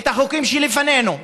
את החוקים שלפנינו.